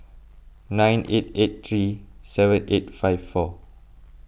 nine eight eight three seven eight five four